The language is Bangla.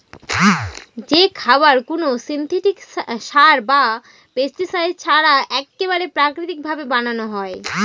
যে খাবার কোনো সিনথেটিক সার বা পেস্টিসাইড ছাড়া এক্কেবারে প্রাকৃতিক ভাবে বানানো হয়